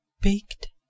baked